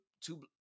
two